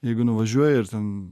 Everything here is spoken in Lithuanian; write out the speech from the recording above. jeigu nuvažiuoji ir ten